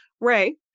Ray